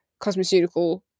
cosmeceutical